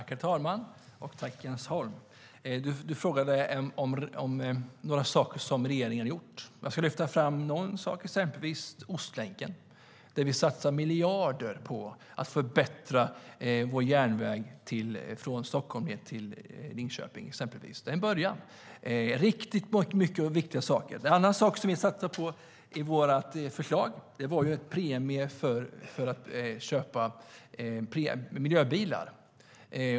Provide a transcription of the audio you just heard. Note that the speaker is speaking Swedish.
Herr talman! Jens Holm frågade om några saker regeringen har gjort. Jag ska lyfta fram exempelvis Ostlänken, där vi satsar miljarder på att förbättra vår järnväg från Stockholm ned till bland annat Linköping. Det är en början, och det är riktigt viktiga saker. En annan sak vi satsade på i vårt förslag var en premie för att köpa miljöbilar.